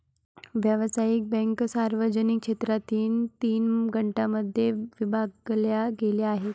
व्यावसायिक बँका सार्वजनिक क्षेत्रातील तीन गटांमध्ये विभागल्या गेल्या आहेत